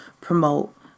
promote